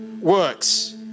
works